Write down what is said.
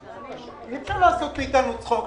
אי אפשר לעשות מאתנו צחוק.